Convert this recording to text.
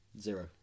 zero